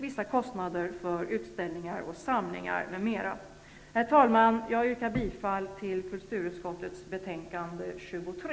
Jag yrkar bifall till utskottets hemställan i kulturutskottets betänkande 23.